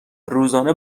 روزانه